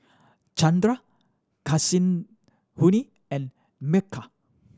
Chandra Kasinadhuni and Milkha